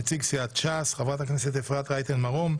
נציג סיעת ש"ס, חברת הכנסת אפרת רייטן מרום,